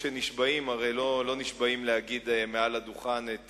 כשנשבעים, הרי לא נשבעים להגיד מעל הדוכן את